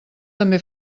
també